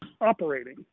operating